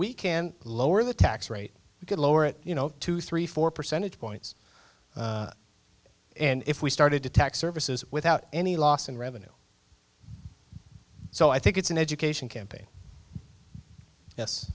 we can lower the tax rate we could lower it you know two three four percentage points and if we started to tack services without any loss in revenue so i think it's an education camp